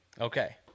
Okay